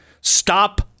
Stop